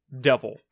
devil